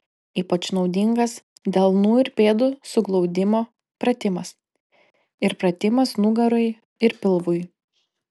ypač naudingas delnų ir pėdų suglaudimo pratimas ir pratimas nugarai ir pilvui